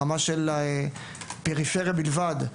ברמה של פרפריה בלבד,